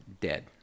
dead